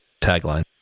tagline